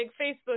Facebook